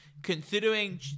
Considering